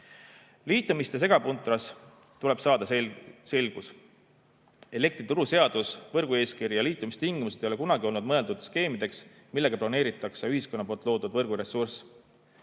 Liitumiste segapuntras tuleb saada selgus. Elektrituruseadus, võrgueeskiri ja liitumistingimused ei ole kunagi olnud mõeldud skeemideks, millega broneeritakse ühiskonna loodud võrguressurss.